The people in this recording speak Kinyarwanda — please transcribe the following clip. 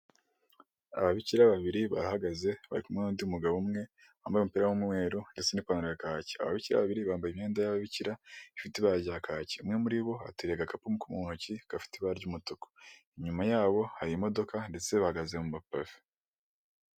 Ababikira babiri bahagaze bari kumwe n'undi mugabo umwe wambaye umupira w'umweru ndetse n'ipantaro ya kaki, ababikira babiri bambaye imyenda y'ababikira ifite ibara rya kaki umwe muri bo ateruye agakapu mu ntoki kafite ibara ry'umutuku, inyuma yabo hari imodoka ndetse bahagaze mu ma pave.